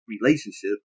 relationship